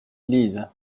lisent